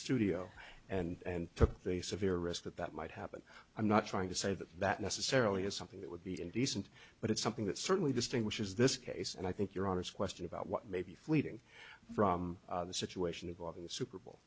studio and took the severe risk that that might happen i'm not trying to say that that necessarily is something that would be indecent but it's something that certainly distinguishes this case and i think your honest question about what may be fleeting from the situation involving the super bowl